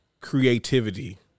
creativity